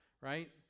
right